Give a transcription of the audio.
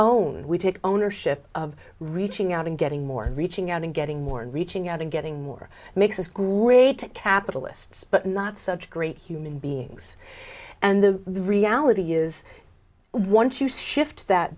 own we take ownership of reaching out and getting more reaching out and getting more and reaching out and getting more makes us great capitalists but not such great human beings and the reality is one to shift that